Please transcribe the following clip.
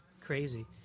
Crazy